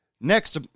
Next